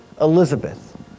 Elizabeth